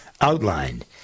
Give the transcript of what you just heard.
outlined